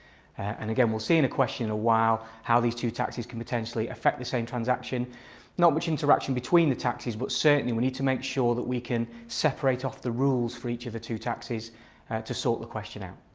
and again we'll see in a question in a while how these two taxes can potentially affect the same transaction not much interaction between the taxes but certainly we need to make sure that we can separate off the rules for each of the two taxes to sort the question out.